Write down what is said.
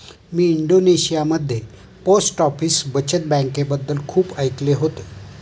मी इंडोनेशियामध्ये post office बचत बँकेबद्दल खूप ऐकले होते